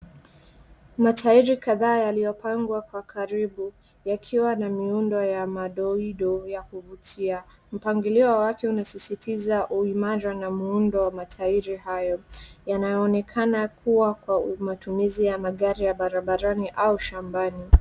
Matairi kadhaa yaliyo pangwa kwa karibu, yakiwa na miundo ya madoido ya kuvutia. Mpangilio wake unasisitiza uimara na muundo wa matairi hayo. Yanayo onekana kuwa kwa matumizi ya magari ya barabarani au mashambani.